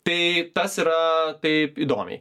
tai tas yra taip įdomiai